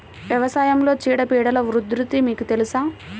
వ్యవసాయంలో చీడపీడల ఉధృతి మీకు తెలుసా?